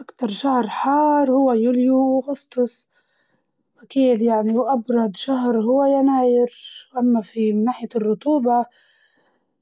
أكتر شهر حار هو يوليو وأغسطس، أكيد يعني وأبرد شهر هو يناير أما في من ناحية الرطوبة